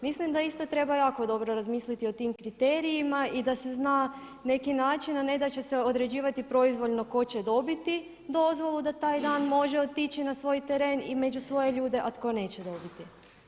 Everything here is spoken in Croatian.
Mislim da isto treba jako dobro razmisliti o tim kriterijima i da se zna neki način a ne da će se određivati proizvoljno tko će dobiti dozvolu da taj dan može otići na svoj teren i među svoje ljude a tko neće dobiti.